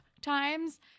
times